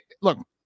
look